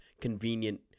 convenient